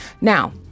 Now